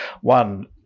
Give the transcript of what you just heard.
one